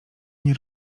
nie